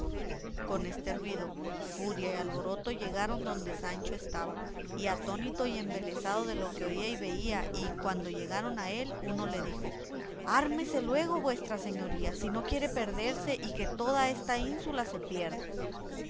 con este ruido furia y alboroto llegaron donde sancho estaba atónito y embelesado de lo que oía y veía y cuando llegaron a él uno le dijo ármese luego vuestra señoría si no quiere perderse y que toda esta ínsula se pierda